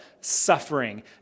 suffering